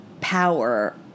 power